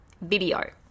video